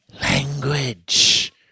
language